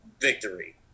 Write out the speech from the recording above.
victory